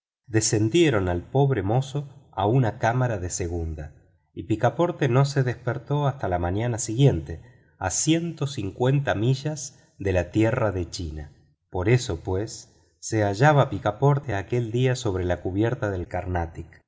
descendieron al pobre mozo a una cámara de segunda y picaporte no se despertó hasta la mañana siguiente a ciento cincuenta millas de las tierras de china por eso pues se hallaba picaporte aquel día sobre la cubierta del carnatic